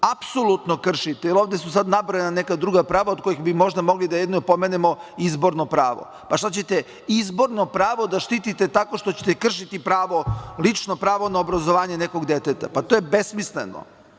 apsolutno kršite, jer ovde su sad nabrojana neka druga prava od kojih bih možda mogli jedino da pomenemo izborno pravo. Pa, šta ćete izborno pravo da štitite tako što ćete kršiti pravo lično pravo na obrazovanje nekog deteta? Pa, to je besmisleno. Molim